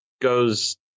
goes